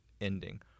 ending